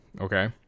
Okay